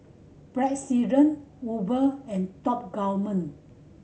President Uber and Top Gourmet